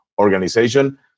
organization